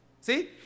See